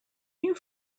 you